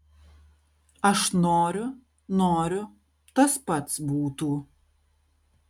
aš noriu noriu tas pats būtų